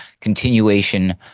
continuation